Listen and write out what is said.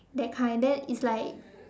that kind then it's like